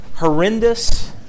horrendous